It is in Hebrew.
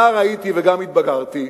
נער הייתי וגם התבגרתי.